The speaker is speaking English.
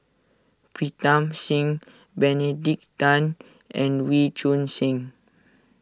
Pritam Singh Benedict Tan and Wee Choon Seng